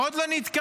עוד לא נתקלתי.